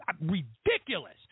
ridiculous